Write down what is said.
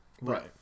Right